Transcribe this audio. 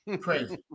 Crazy